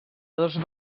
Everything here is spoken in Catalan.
dos